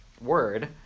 word